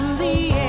the